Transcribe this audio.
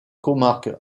comarque